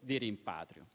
di rimpatrio.